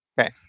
Okay